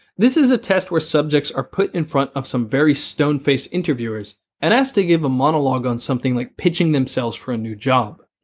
this is a test where subjects are put in front of some very stone faced interviewers and asked to give a monologue on something like pitching themselves for a new job.